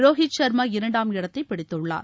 ரோகித் ஷர்மா இரண்டாம் இடத்தை பிடித்துள்ளார்